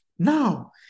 Now